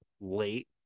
late